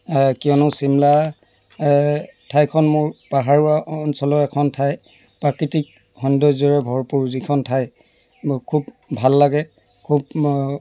কিয়নো ছিমলা ঠাইখন মোৰ পাহাৰুৱা অঞ্চলৰ এখন ঠাই প্ৰাকৃতিক সৌন্দৰ্যৰে ভৰপূৰ যিখন ঠাই মোৰ খুব ভাল লাগে খুব মোৰ